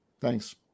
Thanks